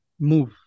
move